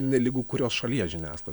nelygu kurios šalies žiniasklai